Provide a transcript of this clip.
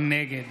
נגד